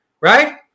Right